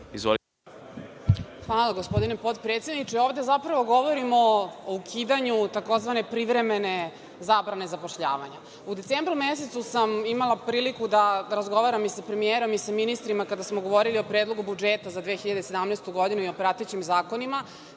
Hvala, gospodine potpredsedniče. Ovde zapravo govorimo o ukidanju tzv. privremene zabrane zapošljavanja.U decembru mesecu sam imala priliku da razgovaram i sa premijerom i sa ministrima kada smo govorili o predlogu budžeta za 2017. godinu i pratećim zakonima,